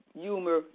humor